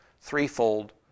threefold